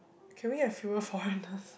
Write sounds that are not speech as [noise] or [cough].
can we have fewer [breath] foreigners